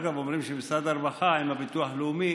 אגב, אומרים שמשרד הרווחה עם הביטוח הלאומי